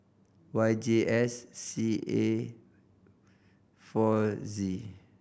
Y J S C A four Z